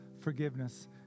forgiveness